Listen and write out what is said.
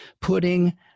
putting